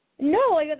No